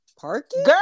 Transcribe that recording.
parking